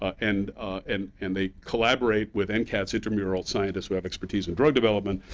and and and they collaborate with and ncats' intramural scientists who have expertise in drug development,